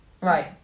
right